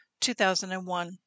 2001